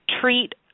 treat